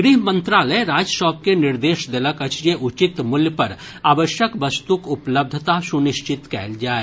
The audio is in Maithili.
गृह मंत्रालय राज्य सभ के निर्देश देलक अछि जे उचित मूल्य पर आवश्यक वस्तुक उपलब्धता सुनिश्चित कयल जाय